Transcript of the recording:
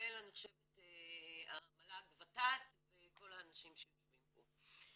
כולל אני חושבת המל"ג ות"ת וכל האנשים שיושבים פה.